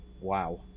Wow